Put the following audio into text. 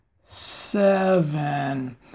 seven